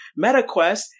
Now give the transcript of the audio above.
MetaQuest